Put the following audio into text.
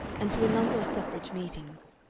and to a number of suffrage meetings.